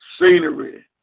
scenery